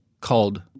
called